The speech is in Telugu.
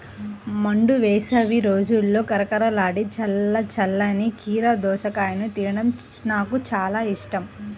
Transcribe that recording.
మండు వేసవి రోజుల్లో కరకరలాడే చల్ల చల్లని కీర దోసకాయను తినడం నాకు చాలా ఇష్టం